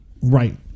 Right